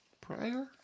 Prior